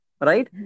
right